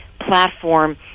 platform